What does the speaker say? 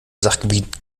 sachgebiet